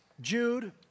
Jude